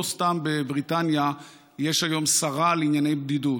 לא סתם בבריטניה יש היום שרה לענייני בדידות,